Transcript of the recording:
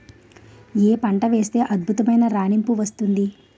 ఏ పంట వేస్తే అద్భుతమైన రాణింపు వస్తుంది?